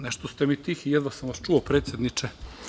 Nešto ste mi tihi, jedva sam vas čuo, predsedniče.